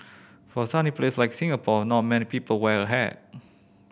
for sunny place like Singapore not many people wear a hat